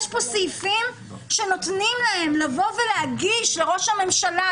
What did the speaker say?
יש פה סעיפים שנותנים להם לבוא ולהגיש לראש הממשלה,